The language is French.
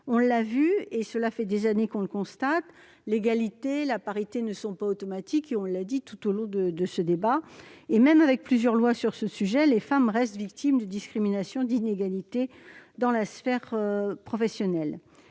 On l'a vu, et cela fait des années qu'on le constate, l'égalité et la parité ne sont pas automatiques. Comme cela a été rappelé tout au long de nos débats, malgré plusieurs lois sur ce sujet, les femmes restent victimes de discriminations et d'inégalités dans la sphère professionnelle.